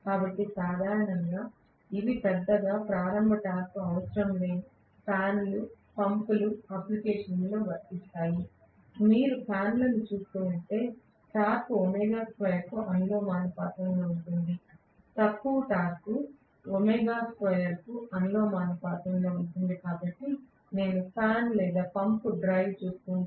కాబట్టి సాధారణంగా ఇవి పెద్దగా ప్రారంభ టార్క్ అవసరం లేని ఫ్యాన్ లు పంపులు అప్లికేషన్లలల్లో వర్తిస్తాయి మీరు ఫ్యాన్ లను చూస్తే టార్క్ ఒమేగా స్క్వేర్కు అనులోమానుపాతంలో ఉంటుంది తక్కువ టార్క్ ఒమేగా స్క్వేర్కు అనులోమానుపాతంలో ఉంటుంది కాబట్టి నేను ఫ్యాన్ లేదా పంప్ డ్రైవ్ చూస్తే